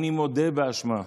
אני מודה באשמה.